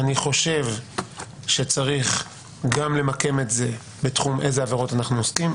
אני חושב שצריך גם למקם את זה באיזה עבירות אנחנו עוסקים.